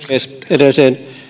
edelliseen